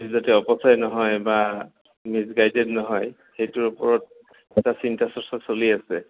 যাতে অপচয় নহয় বা মিছগাইডেড নহয় সেইটোৰ ওপৰত এটা চিন্তা চৰ্চা চলি আছে